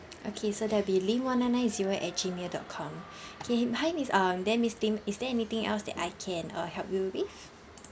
okay so that will be lim one nine nine zero at gmail dot com okay hi miss um then miss lim is there anything else that I can uh help you with